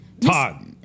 Todd